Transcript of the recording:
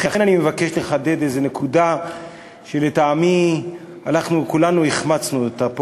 לכן אני מבקש לחדד איזה נקודה שלטעמי אנחנו כולנו החמצנו אותה פה,